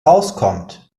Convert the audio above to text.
rauskommt